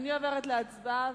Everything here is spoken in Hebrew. אני עוברת להצבעה.